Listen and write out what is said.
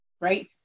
Right